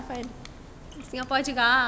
singapore juga